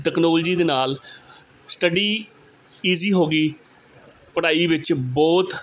technology ਦੇ ਨਾਲ study easy ਹੋ ਗਈ ਪੜ੍ਹਾਈ ਵਿੱਚ ਬਹੁਤ